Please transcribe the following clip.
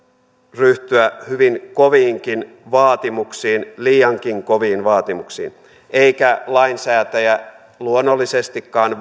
ryhtyä hyvin koviinkin vaatimuksiin liiankin koviin vaatimuksiin eikä lainsäätäjä luonnollisestikaan